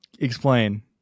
Explain